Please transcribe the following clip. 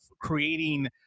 creating